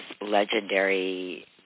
legendary